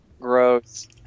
Gross